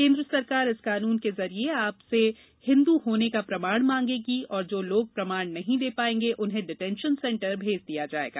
केन्द्र सरकार इस कानून के जरिये आपसे हिन्दू होने का प्रमाण मांगेगी और जो लोग प्रमाण नहीं दे पायेंगे उन्हें डिटेंन्शन सेन्टर भेज दिया जाएगा